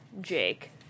Jake